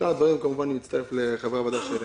בשאר הדברים אני כמובן מצטרף לחברי הוועדה.